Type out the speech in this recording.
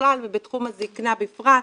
בכלל ובתחום הזקנה בפרט,